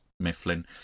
mifflin